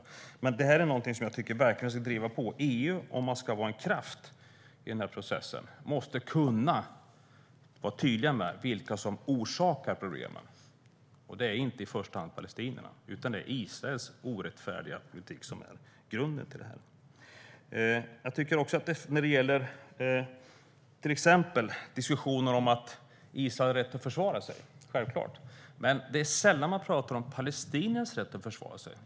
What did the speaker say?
Jag tycker att det här är någonting som man verkligen ska driva på. Om EU ska vara en kraft i processen måste man kunna vara tydlig med vilka som orsakar problemen, och det är inte i första hand palestinierna. Det är Israels orättfärdiga politik som är grunden till detta. När det gäller till exempel diskussionen om att Israel har rätt att försvara sig är detta självklart. Men det är sällan man talar om palestiniernas rätt att försvara sig.